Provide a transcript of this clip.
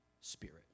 spirit